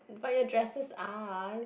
but your dresses aren't